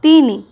ତିନି